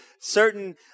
certain